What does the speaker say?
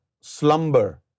slumber